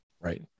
Right